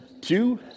two